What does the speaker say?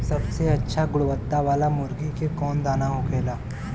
सबसे अच्छा गुणवत्ता वाला मुर्गी के कौन दाना होखेला?